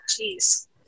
Jeez